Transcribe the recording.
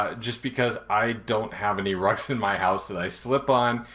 ah just because i don't have any rugs in my house that i slip on,